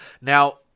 Now